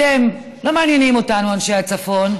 אתם לא מעניינים אותנו, אנשי הצפון.